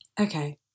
Okay